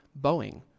Boeing